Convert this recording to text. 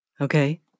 Okay